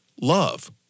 love